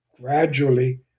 gradually